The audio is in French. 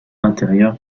intérieure